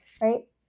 right